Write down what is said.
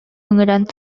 ыҥыран